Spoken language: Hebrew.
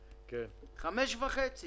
אין כסף